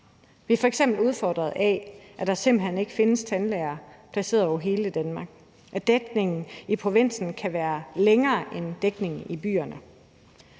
Vi er f.eks. udfordret af, at der simpelt hen ikke findes tandlæger placeret over hele Danmark, at dækningen i provinsen kan være mere spredt end dækningen i byerne,